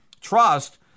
trust